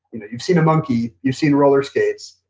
you seen a monkey, you seen roller skates.